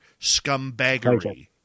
Scumbaggery